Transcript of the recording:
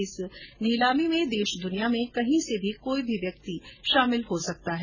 इस नीलामी में देश दुनिया में कहीं से भी कोई भी व्यक्ति हिस्सा ले सकता है